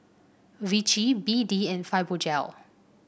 Vichy B D and Fibogel